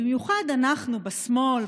במיוחד אנחנו בשמאל,